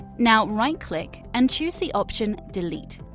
now right-click and choose the option delete.